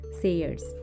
sayers